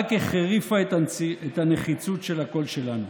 רק החריפה את הנחיצות של הקול שלנו.